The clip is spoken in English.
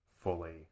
fully